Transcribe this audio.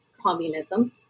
communism